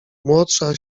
młodsza